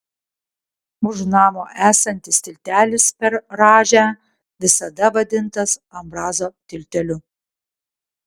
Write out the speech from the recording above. už namo esantis tiltelis per rąžę visada vadintas ambrazo tilteliu